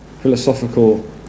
philosophical